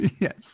Yes